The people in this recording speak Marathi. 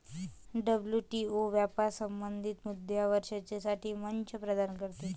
डब्ल्यू.टी.ओ व्यापार संबंधित मुद्द्यांवर चर्चेसाठी मंच प्रदान करते